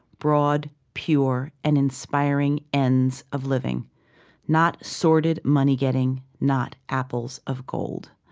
broad, pure, and inspiring ends of living not sordid money-getting, not apples of gold.